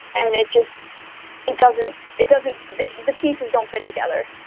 and and it just it doesn't it doesn't the pieces don't fit together